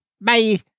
Bye